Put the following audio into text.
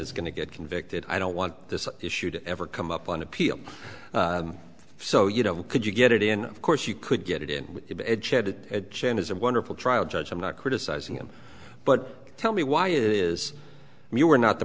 is going to get convicted i don't want this issue to ever come up on appeal so you know could you get it in of course you could get it in chad it changes and wonderful trial judge i'm not criticizing him but tell me why it is you are not the